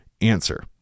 Answer